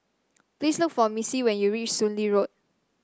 please look for Missie when you reach Soon Lee Road